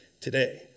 today